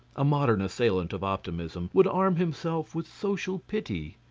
a modern assailant of optimism would arm himself with social pity.